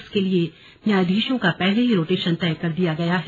इसके लिए न्यायाधीशों का पहले ही रोटेशन तय कर दिया गया है